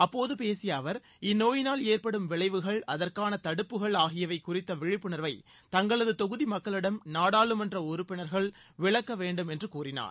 அப்போது பேசிய அவர் இந்நோயினால் ஏற்படும் விளைவுகள் அதற்கான தடுப்புகள் ஆகியவை குறித்த விழிப்புணர்வை தங்களது தொகுதி மக்களிடம் நாடாளுமன்ற உறுப்பினர்கள் விளக்க வேண்டும் என்று கூறினார்